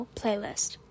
playlist